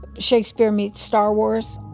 shakespeare meets star wars.